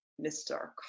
Mr